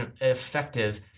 effective